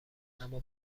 اما